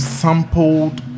sampled